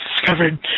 discovered